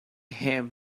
him